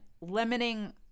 limiting